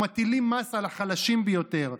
ומטילים מס על החלשים ביותר,